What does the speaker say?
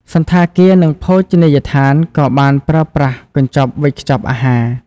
សណ្ឋាគារនិងភោជនីយដ្ឋានក៏បានប្រើប្រាស់កញ្ចប់វេចខ្ចប់អាហារ។